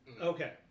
Okay